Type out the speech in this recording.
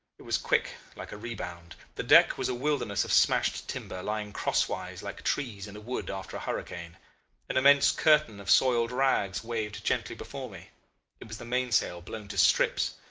it was quick like a rebound. the deck was a wilderness of smashed timber, lying crosswise like trees in a wood after a hurricane an immense curtain of soiled rags waved gently before me it was the mainsail blown to strips.